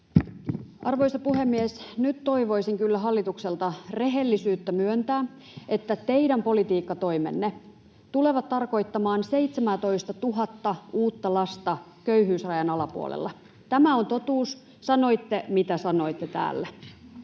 Arvoisa puhemies! Nyt toivoisin kyllä hallitukselta rehellisyyttä myöntää, että teidän politiikkatoimenne tulevat tarkoittamaan 17 000:ää uutta lasta köyhyysrajan alapuolella. Tämä on totuus, sanoitte täällä,